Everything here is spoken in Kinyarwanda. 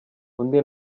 undi